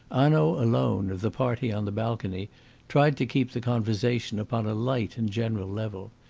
hanaud alone of the party on the balcony tried to keep the conversation upon a light and general level.